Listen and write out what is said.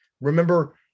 remember